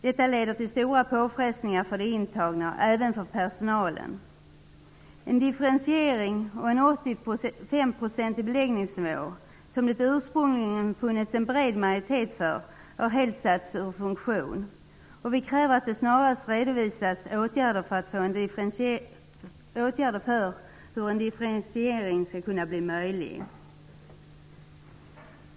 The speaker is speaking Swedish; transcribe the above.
Detta leder till stora påfrestningar för de intagna och även för personalen. Systemet med en differentiering och en 85 % beläggningsnivå, som det ursprungligen funnits en bred majoritet för, har helt satts ur funktion. Vi kräver att det snarast redovisas åtgärder för att en differentiering skall kunna bli möjlig.